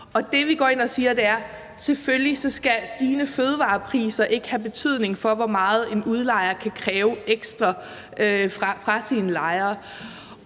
det, vi går ind og siger, er, at selvfølgelig skal stigende fødevarepriser ikke have betydning for, hvor meget en udlejer kan kræve ekstra fra sine lejere.